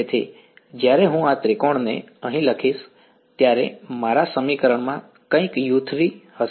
તેથી જ્યારે હું આ ત્રિકોણને અહીં લઈશ ત્યારે મારા સમીકરણમાં કંઈક u3 હશે